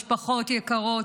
משפחות יקרות,